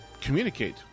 communicate